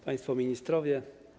Państwo Ministrowie!